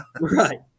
Right